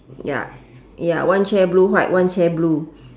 ya ya one chair blue white one chair blue